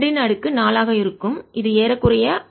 2 4 ஆக இருக்கும் இது ஏறக்குறைய 3